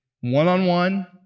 one-on-one